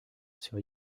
sur